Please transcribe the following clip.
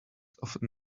often